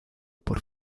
por